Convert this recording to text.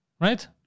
Right